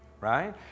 right